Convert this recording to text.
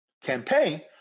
Campaign